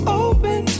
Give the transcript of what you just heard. open